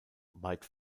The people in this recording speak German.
weit